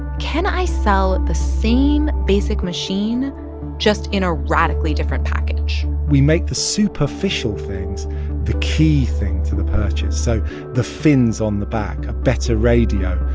can i sell the same basic machine just in a radically different package? we make the superficial things the key thing to the purchase so the fins on the back, a better radio,